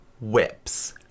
whips